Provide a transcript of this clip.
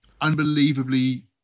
unbelievably